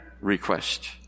request